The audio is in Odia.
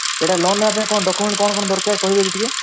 ଏଇଟା ଲୋନ୍ ନେବାପାଇଁ କ'ଣ ଡକୁମେଣ୍ଟ୍ କ'ଣ କ'ଣ ଦରକାର କହିବେ କି ଟିକିଏ